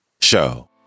Show